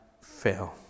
fail